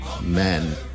Men